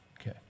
Okay